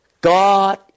God